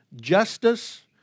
Justice